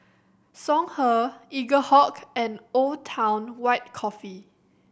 Songhe Eaglehawk and Old Town White Coffee